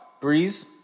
Breeze